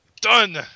Done